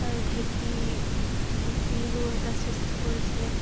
আৰু ঢেঁকী ঢেঁকীৰো এটা সৃষ্টি কৰিছিলে